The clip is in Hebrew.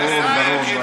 ברור, ברור.